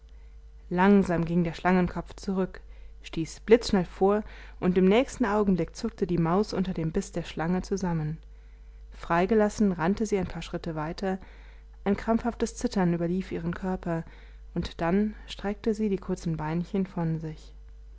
langsam ging der schlangenkopf zurück stieß blitzschnell vor und im nächsten augenblick zuckte die maus unter dem biß der schlange zusammen freigelassen rannte sie ein paar schritte weiter ein krampfhaftes zittern überlief ihren körper und dann streckte sie die kurzen beinchen von sich